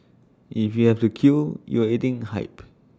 if you have to queue you are eating hype